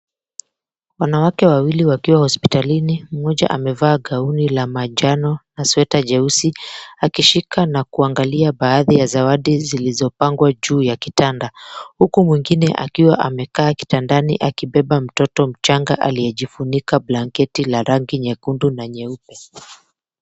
Wanawake wawili wakiwa hospitalini mmoja amevaa gauni la manjano na sweta jeusi akishika na kuangalia baadhi ya zawadi zilizopangwa ju ya kitanda, huku mwingine akiwaamekaa kitandani akibeba mtoto mchanga aliyejifunika blanketi la rangi nyekundu na nyeupe.